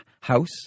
house